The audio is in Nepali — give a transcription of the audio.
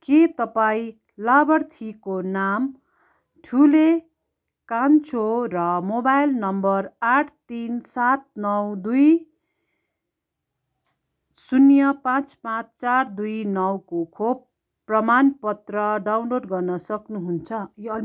के तपाईँँ लाभार्थीको नाम ठुले कान्छो र मोबाइल नम्बर आठ तिन सात नौ दुई शून्य पाँच पाँच चार दुई नौको खोप प्रमाणपत्र डाउनलोड गर्न सक्नुहुन्छ